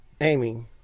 Amy